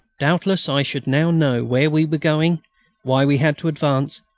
doubtless i should now know where we were going why we had to advance,